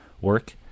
work